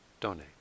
donate